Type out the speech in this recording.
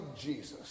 Jesus